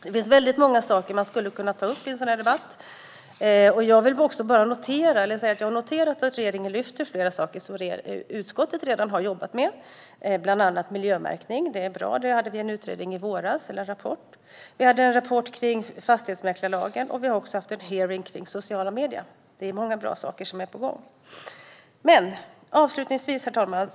Det finns väldigt många saker man skulle kunna ta upp i en sådan här debatt. Jag har noterat att regeringen lyfter fram flera saker som utskottet redan har jobbat med, bland annat miljömärkning. Det är bra, och detta fick vi en rapport om i våras. Vi har också fått en rapport om fastighetsmäklarlagen. Vi har dessutom haft en hearing om sociala medier. Det är många bra saker som är på gång. Herr talman!